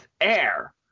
air